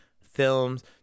films